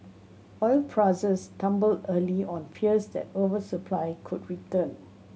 oil prices tumbled early on fears that oversupply could return